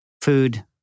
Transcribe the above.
food